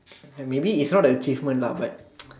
and maybe is not the achievement lah but